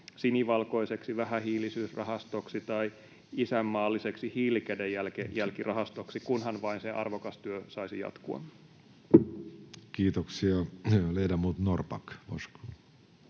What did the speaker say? sinivalkoiseksi vähähiilisyysrahastoksi tai isänmaalliseksi hiilikädenjälkirahastoksi, kunhan vain se arvokas työ saisi jatkua? Kiitoksia. — Ledamot Norrback,